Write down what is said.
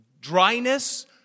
Dryness